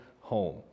home